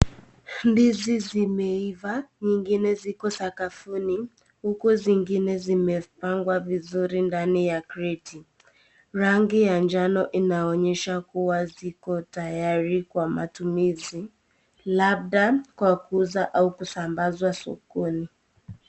Ndizi zimeiva zingine ziko sakafuni huku zingine zimepangwa vizuri ndani ya kreti. Rangi ya njano inaonyesha kuwa ziko tayari kwa matumizi labda kwa kuuzwa ama kusambazwa sokoni.